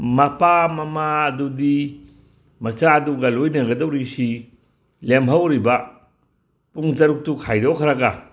ꯃꯄꯥ ꯃꯃꯥꯗꯨꯗꯤ ꯃꯆꯥꯗꯨꯒ ꯂꯣꯏꯅꯒꯗꯧꯔꯤꯁꯤ ꯂꯦꯝꯍꯧꯔꯤꯕ ꯄꯨꯡ ꯇꯔꯨꯛꯇꯨ ꯈꯥꯏꯗꯣꯛꯈ꯭ꯔꯒ